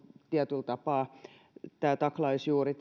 tietyllä tapaa juuri